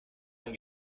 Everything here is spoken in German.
ein